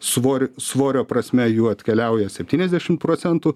svorio svorio prasme jų atkeliauja septyniasdešim procentų